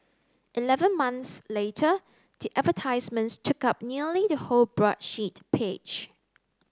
eleven months later the advertisements took up nearly the whole broadsheet page